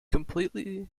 completely